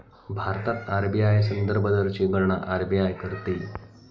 भारतात आर.बी.आय संदर्भ दरची गणना आर.बी.आय करते